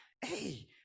hey